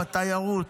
בתיירות.